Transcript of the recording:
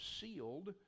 sealed